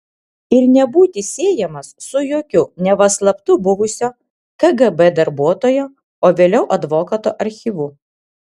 ir nebūti siejamas su jokiu neva slaptu buvusio kgb darbuotojo o vėliau advokato archyvu